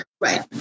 Right